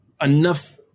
enough